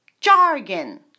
Jargon